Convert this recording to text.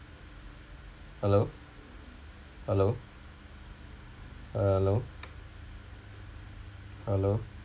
hello hello hello hello